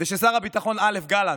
וכששר הביטחון א' גלנט,